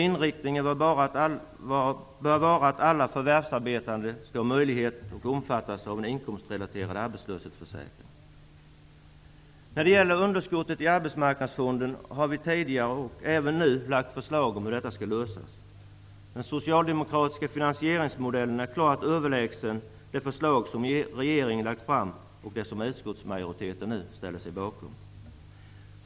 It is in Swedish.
Inriktningen bör vara att alla förvärvsarbetande skall ha möjlighet att omfattas av en inkomstrelaterad arbetslöshetsförsäkring. När det gäller underskottet i Arbetsmarknadsfonden har vi tidigare och även nu lagt fram förslag om hur detta skall lösas. Den socialdemokratiska finansieringsmodellen är klart överlägsen det förslag som regeringen lagt fram och som utskottsmajoriteten nu ställer sig bakom.